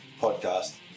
podcast